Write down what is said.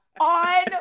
On